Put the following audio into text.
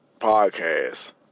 podcast